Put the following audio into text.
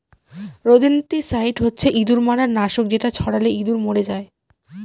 rodenticide হচ্ছে ইঁদুর মারার নাশক যেটা ছড়ালে ইঁদুর মরে যায়